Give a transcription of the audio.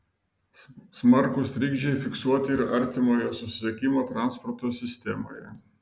smarkūs trikdžiai fiksuoti ir artimojo susisiekimo transporto sistemoje